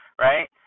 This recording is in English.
right